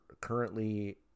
currently